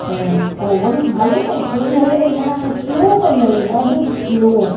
त पोइ वरी त हले पई थोरी हले पई माना स्लो पई हले ॾाढी स्लो